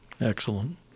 Excellent